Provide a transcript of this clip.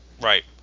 Right